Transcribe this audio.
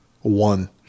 One